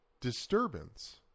disturbance